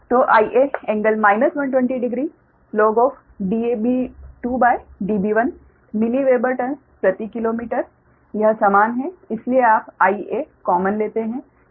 तो Ia∟ 1200 log Db2Db1 milliweber turns प्रति kilometre यह समान है इसलिए आप Ia कॉमन लेते हैं